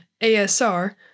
ASR